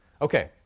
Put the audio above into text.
Okay